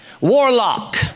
warlock